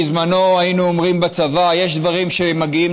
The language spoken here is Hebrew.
בזמנו היינו אומרים בצבא: יש דברים שמגיעים